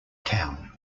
town